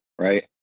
right